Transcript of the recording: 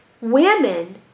Women